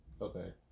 Okay